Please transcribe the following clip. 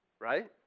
right